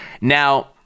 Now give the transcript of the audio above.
Now